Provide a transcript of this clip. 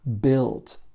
build